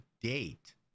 date